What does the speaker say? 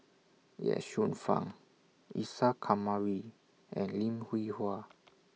Ye Shufang Isa Kamari and Lim Hwee Hua